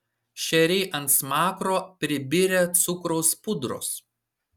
šeriai ant smakro pribirę cukraus pudros